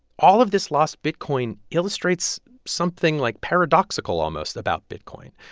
all of this last bitcoin illustrates something, like, paradoxical, almost, about bitcoin.